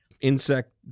insect